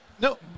No